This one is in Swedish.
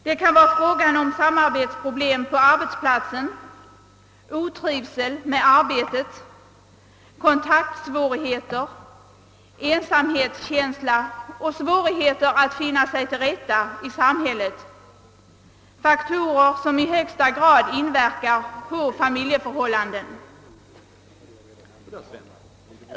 Det kan vara fråga om samarbetsproblem på arbetsplatsen, otrivsel med arbetet, kontaktsvårigheter, ensamhetskänsla och svårigheter att finna sig till rätta i samhället -— faktorer som i högsta grad inverkar på familjeförhållandena.